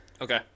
Okay